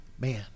Man